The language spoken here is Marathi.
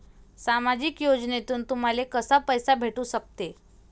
सामाजिक योजनेतून तुम्हाले कसा पैसा भेटू सकते?